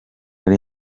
ari